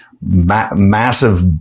massive